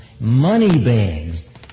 Moneybags